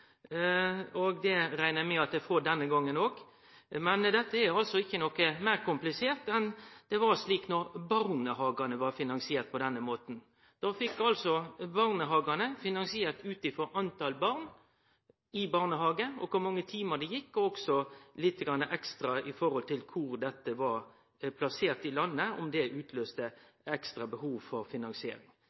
budsjettdebatt. Det reknar eg med at eg får denne gongen òg. Men dette er ikkje meir komplisert enn det var då barnehagane blei finansierte på denne måten. Barnehagane blei altså finansierte ut frå talet på barn i barnehagen, og ut frå kor mange timar dei gjekk der – og lite grann ekstra ut frå kvar barnehagane var plasserte i landet, om det utløyste ekstra behov for finansiering.